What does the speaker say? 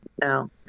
No